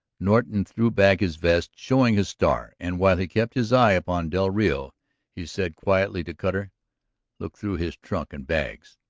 norton threw back his vest, showing his star. and while he kept his eye upon del rio he said quietly to cutter look through his trunk and bags.